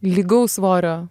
lygaus svorio